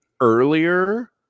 earlier